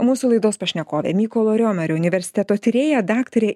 mūsų laidos pašnekovė mykolo riomerio universiteto tyrėja daktarė